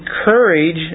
encourage